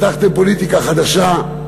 הבטחתם פוליטיקה חדשה.